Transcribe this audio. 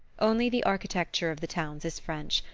only the architecture of the towns is french,